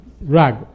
Rag